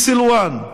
בסלוואן,